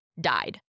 died